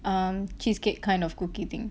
um cheesecake kind of cookie thing